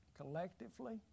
collectively